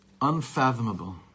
unfathomable